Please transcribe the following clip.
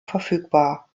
verfügbar